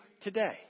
today